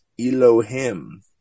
Elohim